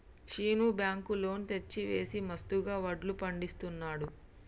Seenu bank loan తెచ్చి వేసి మస్తుగా వడ్లు పండిస్తున్నాడు